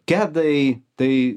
kedai tai